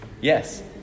Yes